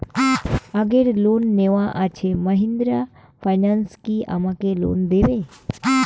আগের লোন নেওয়া আছে মাহিন্দ্রা ফাইন্যান্স কি আমাকে লোন দেবে?